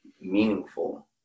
meaningful